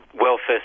welfare